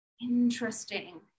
Interesting